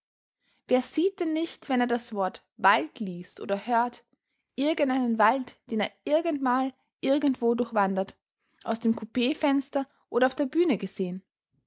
wer sieht denn nicht wenn er das wort wald liest oder hört irgendeinen wald den er irgendmal irgendwo durchwandert aus dem kupeefenster oder auf der bühne gesehen